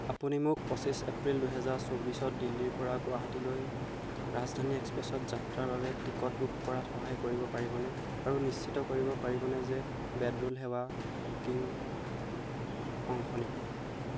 আপুনি মোক পঁচিছ এপ্ৰিল দুহেজাৰ চৌবিচত দিল্লীৰ পৰা গুৱাহাটীলৈ ৰাজধানী এক্সপ্ৰেছত যাত্ৰাৰ বাবে টিকট বুক কৰাত সহায় কৰিব পাৰিবনে আৰু নিশ্চিত কৰিব পাৰিবনে যে বেডৰোল সেৱা বুকিং অংশ নেকি